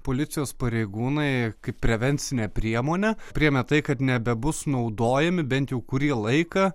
policijos pareigūnai kaip prevencinę priemonę priėmė tai kad nebebus naudojami bent jau kurį laiką